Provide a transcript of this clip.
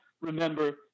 remember